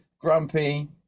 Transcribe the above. grumpy